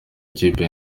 ikipe